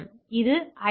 எனவே இது ஐ